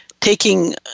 taking